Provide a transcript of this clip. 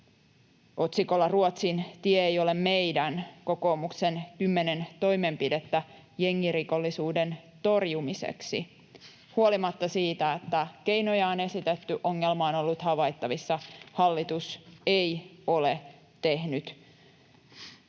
otsikolla ”Ruotsin tie ei ole meidän: Kokoomuksen 10 toimenpidettä jengirikollisuuden torjumiseksi”, huolimatta siitä, että keinoja on esitetty, ongelma on ollut havaittavissa, hallitus ei ole tehnyt